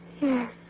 Yes